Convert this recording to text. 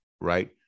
right